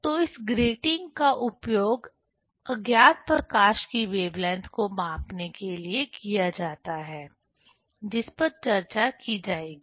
तो इस ग्रेटिंग का उपयोग अज्ञात प्रकाश की वेवलेंथ को मापने के लिए किया जाता है जिस पर चर्चा की जाएगी